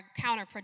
counterproductive